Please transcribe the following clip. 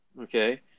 Okay